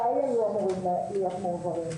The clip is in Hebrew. מתי הם היו אמורים להיות מועברים?